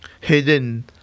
hidden